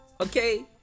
Okay